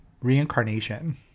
reincarnation